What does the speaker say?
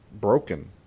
broken